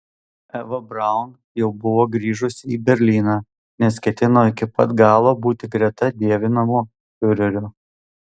eva braun jau buvo grįžusi į berlyną nes ketino iki pat galo būti greta dievinamo fiurerio